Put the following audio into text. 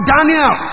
Daniel